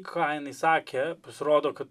ką jinai sakė pasirodo kad